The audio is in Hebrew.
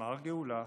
תמר גאולה,